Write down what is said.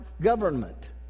government